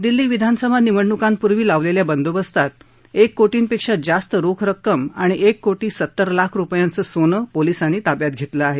दिल्ली विधानसभा निवडणुकांपूर्वी लावलेल्या बंदोबस्तात एक कोटींपेक्षा जास्त रोख रक्कम आणि एक कोटी सत्तर लाख रुपयांचं सोनं पोलिसांनी ताब्यात घेतलं आहे